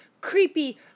creepy